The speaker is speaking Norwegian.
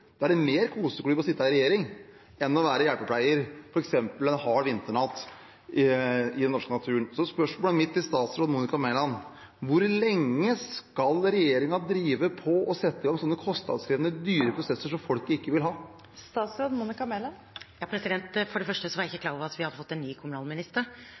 er det mer koseklubb å sitte i regjering enn å være hjelpepleier f.eks. en hard vinternatt ute i norsk natur. Så spørsmålet mitt til statsråd Monica Mæland er: Hvor lenge skal regjeringen drive å sette i gang slike kostnadskrevende, dyre prosesser som folket ikke vil ha? For det første var jeg ikke klar over at vi har fått en ny kommunalminister.